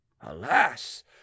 Alas